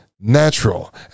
natural